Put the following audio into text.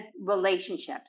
relationships